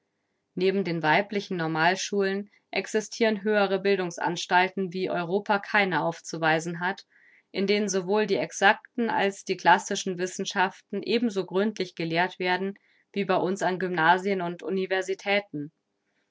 neben den weiblichen normalschulen existiren höhere bildungsanstalten wie europa keine aufzuweisen hat in denen sowohl die exacten als die klassischen wissenschaften ebenso gründlich gelehrt werden wie bei uns an gymnasien und universitäten